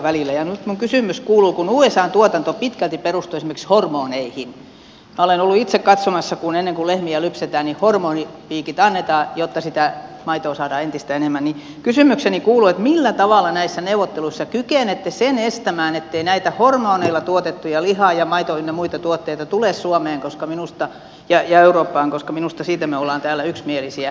nyt minun kysymykseni kuuluu kun usan tuotanto pitkälti perustuu esimerkiksi hormoneihin minä olen ollut itse katsomassa että ennen kuin lehmiä lypsetään hormonipiikit annetaan jotta sitä maitoa saadaan entistä enemmän millä tavalla näissä neuvotteluissa kykenette sen estämään ettei näitä hormoneilla tuotettuja liha ja maito ynnä muita tuotteita tule suomeen ja eurooppaan koska minusta siitä me olemme täällä yksimielisiä